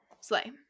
Slay